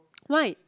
why